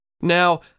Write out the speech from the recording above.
Now